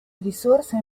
risorse